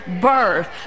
birth